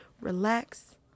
relax